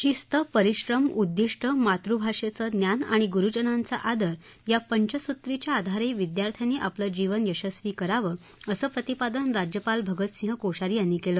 शिस्त परिश्रम उद्दिष्ट मातृभाषेचं ज्ञान आणि गुरुजनांचा आदर या पंचसूत्रीच्या आधारे विद्यार्थ्यांनी आपलं जीवन यशस्वी करावं असं प्रतिपादन राज्यपाल भगत सिंह कोश्यारी यांनी केलं